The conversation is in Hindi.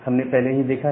हमने पहले ही देखा है